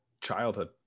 childhood